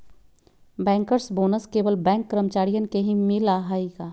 Bankers bonus केवल bank कर्मचारियन के ही मिला हई का?